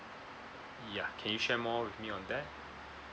ya can you share more with me on that